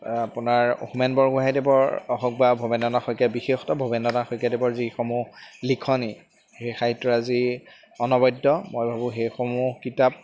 আপোনাৰ হোমেন বৰগোহাঁঞিদেৱৰ হওক বা ভবেন্দ্ৰনাথ শইকীয়া বিশেষত ভবেন্দ্ৰনাথ শইকীয়াদেৱৰ যিসমূহ লিখনি সেই সাহিত্যৰাজী অনবদ্য মই ভাবোঁ সেইসমূহ কিতাপ